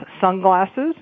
sunglasses